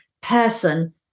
person